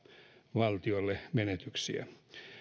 valtiolle menetyksiä